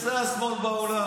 זה השמאל בעולם.